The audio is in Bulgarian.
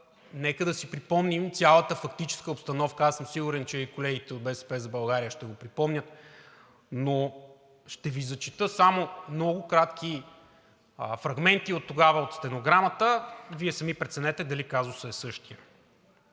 нека да си припомним цялата фактическа обстановка. Аз съм сигурен, че и колегите от „БСП за България“ ще го припомнят, но ще Ви зачета само много кратки фрагменти от стенограмата тогава, а Вие сами преценете дали казусът е същият: